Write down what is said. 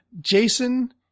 Jason